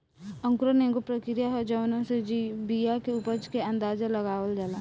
अंकुरण एगो प्रक्रिया ह जावना से बिया के उपज के अंदाज़ा लगावल जाला